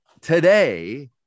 today